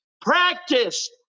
Practice